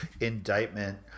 indictment